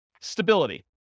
Stability